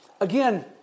again